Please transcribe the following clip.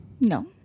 No